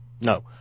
No